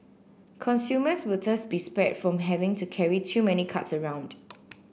consumers will thus be spared from having to carry too many cards around